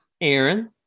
Aaron